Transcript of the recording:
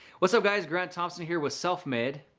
what's up guys, grant thompson here with self made.